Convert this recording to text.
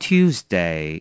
Tuesday